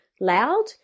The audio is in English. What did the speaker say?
loud